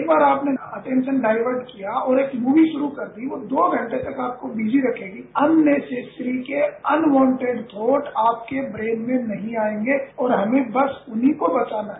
एक बार आपने इंटेन्शन ढायवर्ट किया और एक मूवी शुरू कर दी वो दो घंटे तक आपको बिजी रखेगी अननेसेसरी के अनवान्टेड थॉट आपके ब्रेनमें नहीं आएंगे और हमें बस उन्हीं को बचाना है